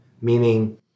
meaning